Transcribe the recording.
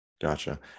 Gotcha